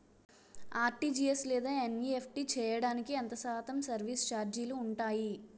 RTGS లేదా NEFT చేయడానికి ఎంత శాతం సర్విస్ ఛార్జీలు ఉంటాయి?